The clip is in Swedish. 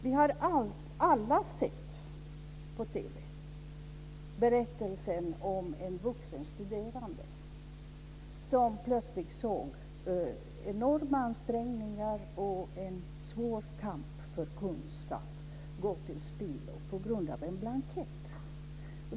Vi har alla på TV sett berättelsen om en vuxenstuderande som plötsligt såg enorma ansträngningar och en svår kamp för kunskap gå till spillo på grund av en blankett.